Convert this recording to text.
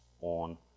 on